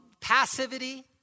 passivity